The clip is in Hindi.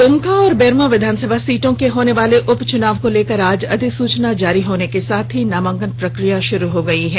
दुमका और बेरमो विधानसभा सीटों के होनेवाले उपचुनाव को लेकर आज अधिसुचना जारी होने के साथ ही नामांकन प्रक्रिया शुरू हो गयी है